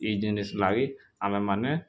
ଇ ଜିନିଷ୍ ଲାଗି ଆମେମାନେ